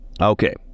Okay